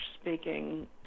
speaking